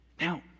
Now